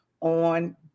on